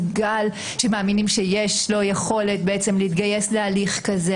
שמאמינים שיש לו יכולת להתגייס להליך כזה.